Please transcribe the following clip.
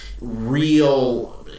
real